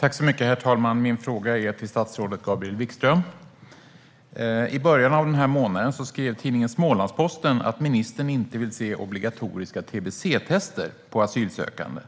Herr talman! Min fråga går till statsrådet Gabriel Wikström. I början av den här månaden skrev tidningen Smålandsposten att ministern inte vill se obligatoriska tbc-tester på asylsökande.